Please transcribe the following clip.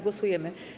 Głosujemy.